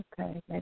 Okay